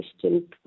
question